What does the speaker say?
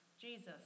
Jesus